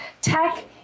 Tech